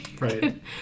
Right